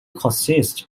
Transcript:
consists